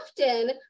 often